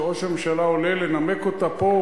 שראש הממשלה עולה לנמק אותה פה,